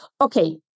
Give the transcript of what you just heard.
Okay